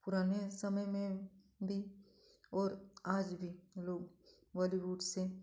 पूराने समय में भी और आज भी लोग बॉलीवुड से